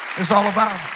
is all about?